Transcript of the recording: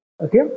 okay